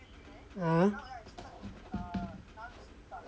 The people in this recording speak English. (uh huh)